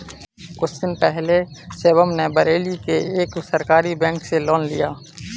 कुछ दिन पहले शिवम ने बरेली के एक सहकारी बैंक से लोन लिया